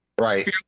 Right